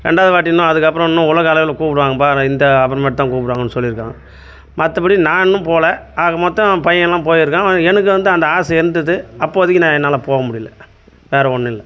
ரெண்டாவது வாட்டி இன்னும் அதுக்கப்புறம் இன்னும் உலகளவில் கூப்பிடுவாங்கப்பா நான் இந்த அப்புறமேட் தான் கூப்பிடுவாங்கன்னு சொல்லியிருக்கான் மற்றபடி நான் இன்னும் போகல ஆக மொத்தம் பையன்லாம் போயிருக்கான் எனக்கு வந்து அந்த ஆசை இருந்தது அப்போதைக்கி நான் என்னால் போக முடியல வேறு ஒன்றும் இல்லை